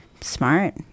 Smart